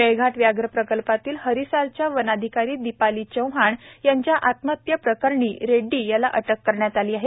मेळघाट व्याघ्र प्रकल्पातील हरिसालच्या वनाधिकारी दीपाली चव्हाण यांच्या आत्महत्ये प्रकरणी रेड्डी याला अटक करण्यात आली आहे